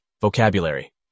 Vocabulary